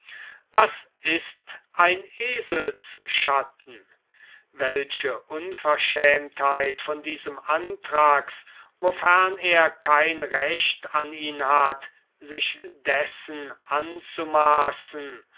was ist ein eselsschatten welche unverschämtheit von diesem anthrax wofern er kein recht an ihn hat sich dessen anzumaßen